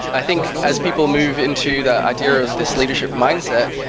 i think as people move into the idea of this leadership mindset.